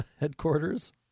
headquarters